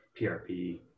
PRP